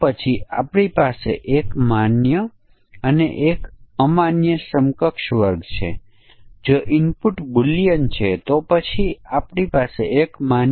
પછી તેમાં આપણે અમાન્ય ઇનપુટ્સ પર પણ વિચાર કરવો પડશે